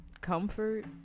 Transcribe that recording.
Comfort